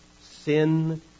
sin